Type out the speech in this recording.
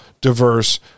diverse